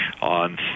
on